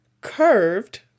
Curved